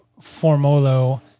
Formolo